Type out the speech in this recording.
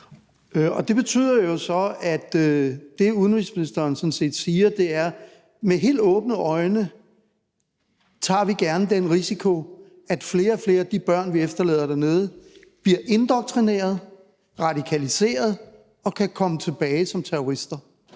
Det betyder jo så, at det, udenrigsministeren sådan set siger, er, at vi med helt åbne øjne gerne tager den risiko, at flere og flere af de børn, vi efterlader dernede, bliver indoktrineret, radikaliseret og kan komme tilbage som terrorister.